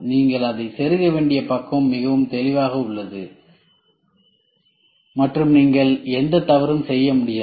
நீங்கள் அதை செருக வேண்டிய பக்கம் மிகவும் தெளிவாக உள்ளது மற்றும் நீங்கள் எந்த தவறும் செய்ய முடியாது